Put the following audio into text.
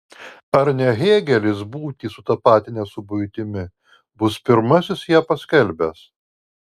ar ne hėgelis būtį sutapatinęs su buitimi bus pirmasis ją paskelbęs